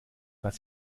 was